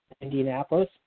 Indianapolis